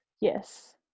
Yes